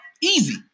easy